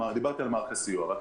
דיברתי על מערכי סיוע.